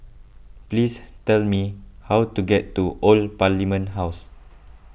please tell me how to get to Old Parliament House